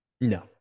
No